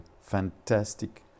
fantastic